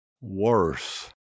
worse